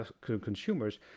consumers